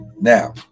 now